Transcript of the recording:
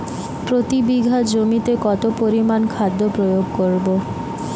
প্রতি বিঘা জমিতে কত পরিমান খাদ্য প্রয়োগ করব?